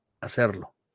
hacerlo